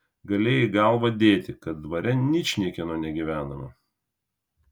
galėjai galvą dėti kad dvare ničniekieno negyvenama